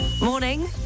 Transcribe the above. Morning